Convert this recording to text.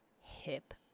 hip